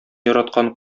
яраткан